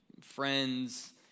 friends